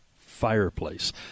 fireplace